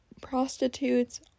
prostitutes